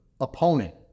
opponent